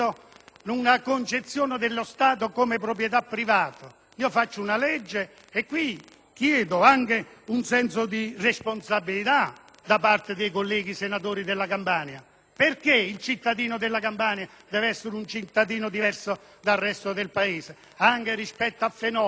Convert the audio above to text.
una concezione dello Stato come di una proprietà privata. Chiedo anche un senso di responsabilità da parte dei colleghi senatori della Campania. Perché il cittadino della Campania deve essere considerato diverso dal resto del Paese, anche rispetto a fenomeni